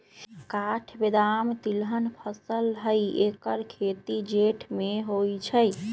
काठ बेदाम तिलहन फसल हई ऐकर खेती जेठ में होइ छइ